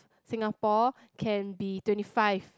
Singapore can be twenty five